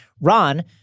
Ron